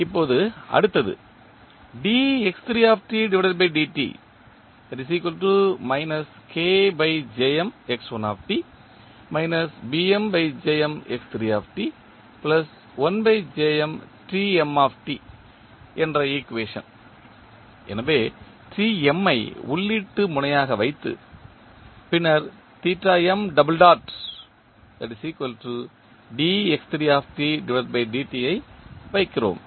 இப்போது அடுத்தது என்ற ஈக்குவேஷன் எனவே ஐ உள்ளீட்டு முனையாக வைத்து பின்னர் ஐ வைக்கிறோம்